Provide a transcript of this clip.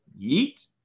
yeet